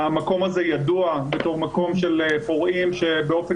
המקום הזה ידוע בתור מקום של פורעים שבאופן